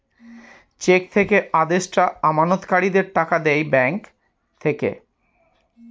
check থেকে আদেষ্টা আমানতকারীদের টাকা দেয় ব্যাঙ্ক থেকে